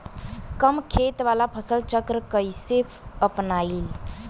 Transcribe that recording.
कम खेत वाला फसल चक्र कइसे अपनाइल?